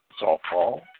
softball